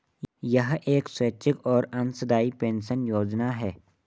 यह एक स्वैच्छिक और अंशदायी पेंशन योजना है